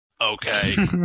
Okay